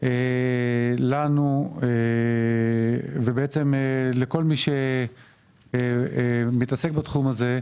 לנו ובעצם לכל מי שמתעסק בתחום הזה,